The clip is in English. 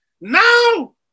now